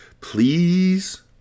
Please